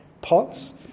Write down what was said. pots